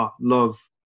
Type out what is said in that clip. love